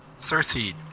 Cersei